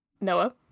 Noah